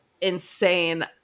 insane